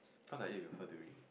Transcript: cause I ate with her during